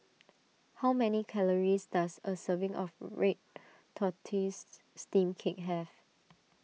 how many calories does a serving of Red Tortoise Steamed Cake have